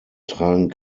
tragen